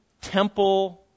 temple